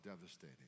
devastating